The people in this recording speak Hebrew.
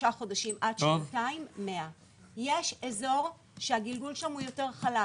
שלושה חודשים עד שנתיים 100. יש אזור שהגלגול שם הוא יותר חלש.